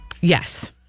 Yes